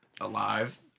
alive